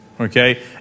Okay